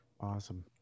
Awesome